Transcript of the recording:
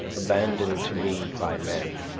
abandoned to me by men?